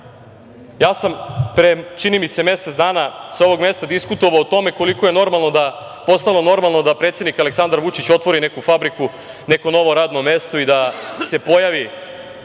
ja sam pre čini mi se mesec dana sa ovog mesta diskutovao o tome koliko je postalo normalno da predsednik Aleksandar Vučić otvori neku fabriku, neko novo radno mesto i da se pojavi